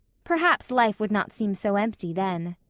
perhaps life would not seem so empty then.